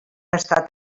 estat